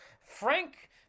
Frank